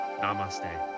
Namaste